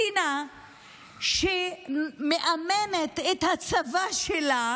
מדינה שמאמנת את הצבא שלה